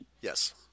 Yes